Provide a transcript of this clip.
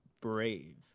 Brave